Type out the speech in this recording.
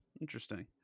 interesting